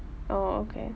oh okay